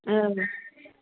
औ